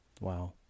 Wow